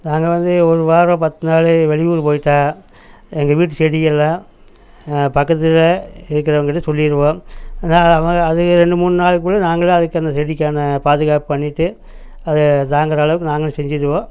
நாங்கள் வந்து ஒரு வாரம் பத்து நாள் வெளியூர் போய்விட்டா எங்கள் வீட்டு செடி எல்லாம் பக்கத்தில் இருக்கிறவங்க கிட்டே சொல்லிடுவோம் அது மாதிரி அதுக ரெண்டு மூணு நாளுக்குள்ளே நாங்களும் அதுக்கு அந்த செடிக்கான பாதுகாப்பு பண்ணிவிட்டு அது தாங்கிற அளவுக்கு நாங்களும் செஞ்சுருவோம்